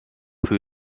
für